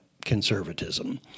conservatism